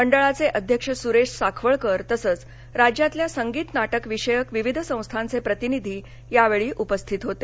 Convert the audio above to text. मंडळाचे अध्यक्ष सुरेश साखवळकर तसंच राज्यातल्या संगीत नाटकविषयक विविध संस्थांचे प्रतिनिधी यावेळी उपस्थित होते